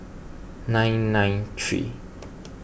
nine nine three